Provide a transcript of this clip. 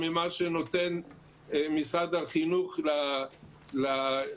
ממה שנותן משרד החינוך לארגונים.